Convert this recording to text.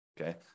Okay